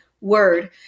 Word